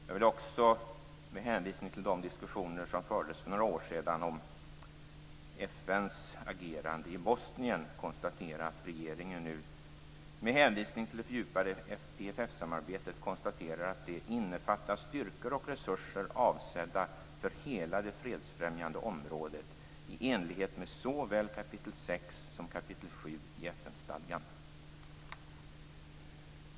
Jag noterar också, med hänvisning till de diskussioner som fördes för några år sedan om FN:s agerande i Bosnien, att regeringen nu konstaterar att det fördjupade PFF-samarbetet innefattar styrkor och resurser avsedda för hela det fredsfrämjande området, i enlighet med såväl kap. 6 som kap. 7 i FN-stadgan.